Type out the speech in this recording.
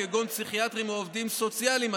כגון פסיכיאטרים או עובדים סוציאליים,